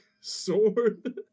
sword